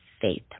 faith